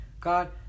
God